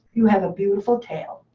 you have a beautiful tail.